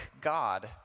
God